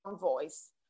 voice